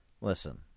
Listen